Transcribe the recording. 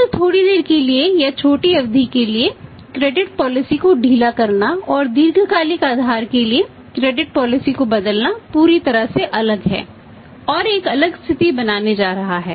केवल थोड़ी देर के लिए या छोटी अवधि के लिए क्रेडिट को बदलना पूरी तरह से अलग है और एक अलग स्थिति बनाने जा रहा है